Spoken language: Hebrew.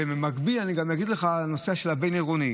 במקביל גם אגיד לך בנושא של הבין-עירוני: